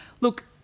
Look